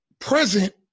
present